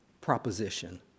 proposition